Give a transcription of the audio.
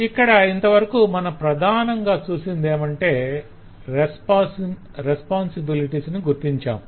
ఇక్కడ ఇంతవరకు మనం ప్రధానంగా చేసినదేమంటే బాధ్యతలను గుర్తించాం